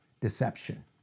deception